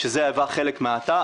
שזה היווה חלק מהאטה,